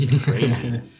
crazy